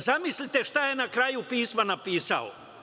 Zamislite šta je na kraju pisma napisao?